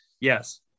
Yes